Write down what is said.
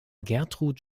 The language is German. gertrud